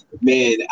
man